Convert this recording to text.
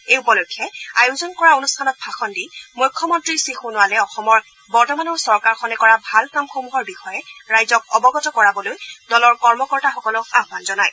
এই উপলক্ষে আয়োজন কৰা অনুষ্ঠানত ভাষণ দি মুখ্যমন্ত্ৰী শ্ৰীসোণোৱালে অসমৰ বৰ্তমানৰ চৰকাৰখনে কৰা ভাল কামসমূহৰ বিষয়ে ৰাইজক অৱগত কৰাবলৈ দলৰ কৰ্মকৰ্তাসকলক আহান জনায়